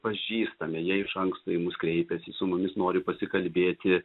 pažįstame jie iš anksto į mus kreipiasi su mumis nori pasikalbėti